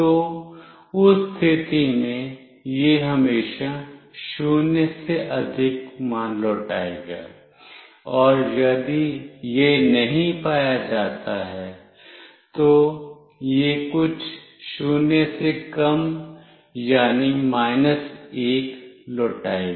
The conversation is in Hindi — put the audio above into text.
तो उस स्थिति में यह हमेशा 0 से अधिक मान लौटाएगा और यदि यह नहीं पाया जाता है तो यह कुछ 0 से कम यानी माइनस 1 लौटाएगा